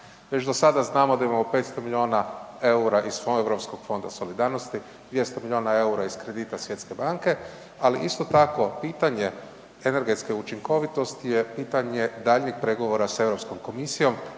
Već do sada znamo da imamo 500 milijuna EUR-a iz Europskog fonda solidarnosti, 200 milijuna eura iz kredita Svjetske banke, ali isto tako pitanje energetske učinkovitosti je pitanje daljnjeg pregovora sa Europskom komisijom.